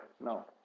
no